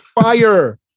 Fire